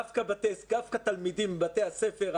דווקא תלמידים בבתי הספר,